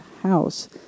house